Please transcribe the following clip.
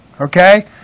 Okay